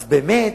אז באמת,